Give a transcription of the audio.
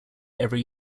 every